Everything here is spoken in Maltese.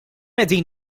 qegħdin